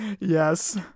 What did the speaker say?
Yes